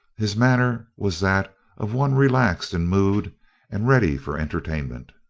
his manner was that of one relaxed in mood and ready for entertainment.